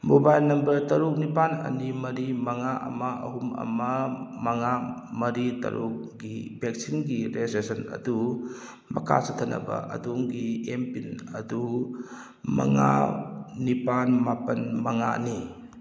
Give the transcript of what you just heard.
mobile number ꯇꯔꯨꯛ ꯅꯤꯄꯥꯜ ꯑꯅꯤ ꯃꯔꯤ ꯃꯉꯥ ꯑꯃ ꯑꯍꯨꯝ ꯑꯃ ꯃꯉꯥ ꯃꯔꯤ ꯇꯔꯨꯛꯀꯤ ꯚꯦꯛꯁꯤꯟꯒꯤ ꯔꯦꯖꯤꯁꯇ꯭ꯔꯦꯁꯟ ꯑꯗꯨ ꯃꯈꯥ ꯆꯠꯊꯅꯕ ꯑꯗꯣꯝꯒꯤ ꯑꯦꯝ ꯄꯤꯟ ꯑꯗꯨ ꯃꯉꯥ ꯅꯤꯄꯥꯜ ꯃꯥꯄꯜ ꯃꯉꯥꯅꯤ